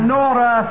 Nora